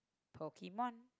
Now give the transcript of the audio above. Pokemon